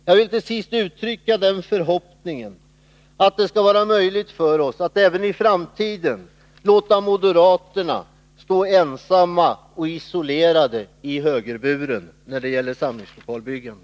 Jag vill slutligen uttrycka den förhoppningen att det skall vara möjligt för oss att även i framtiden låta moderaterna stå ensamma och isolerade i högerburen när det gäller samlingslokalbyggandet.